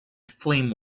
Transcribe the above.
flame